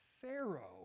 Pharaoh